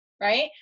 right